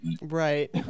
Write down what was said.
Right